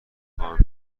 خواهم